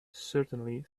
certainly